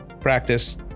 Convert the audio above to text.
practice